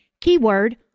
keyword